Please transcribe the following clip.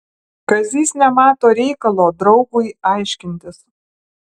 kazys nemato reikalo draugui aiškintis